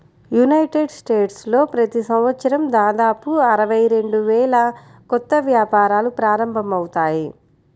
United స్టేట్స్లో ప్రతి సంవత్సరం దాదాపు అరవై రెండు వేల కొత్త వ్యాపారాలు ప్రారంభమవుతాయి